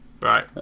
Right